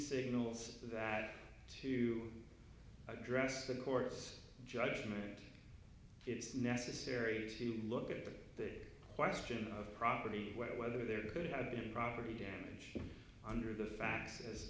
signals to address the course judgment it's necessary to look at the question of property whether there could have been property damage under the fasces as